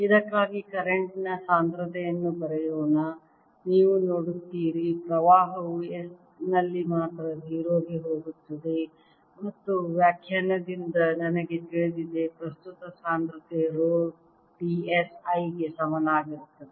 ಇದಕ್ಕಾಗಿ ಕರೆಂಟ್ ನ ಸಾಂದ್ರತೆಯನ್ನು ಬರೆಯೋಣ ನೀವು ನೋಡುತ್ತೀರಿ ಪ್ರವಾಹವು S ನಲ್ಲಿ ಮಾತ್ರ 0 ಗೆ ಹೋಗುತ್ತದೆ ಮತ್ತು ವ್ಯಾಖ್ಯಾನದಿಂದ ನನಗೆ ತಿಳಿದಿದೆ ಪ್ರಸ್ತುತ ಸಾಂದ್ರತೆ ರೋ d s I ಗೆ ಸಮನಾಗಿರಬೇಕು